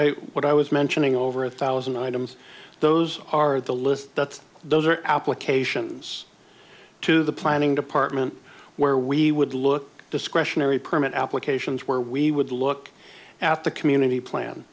i what i was mentioning over a thousand items those are the list but those are applications to the planning department where we would look discretionary permit applications where we would look after community plan